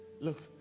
Look